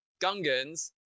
Gungans